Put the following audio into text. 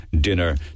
dinner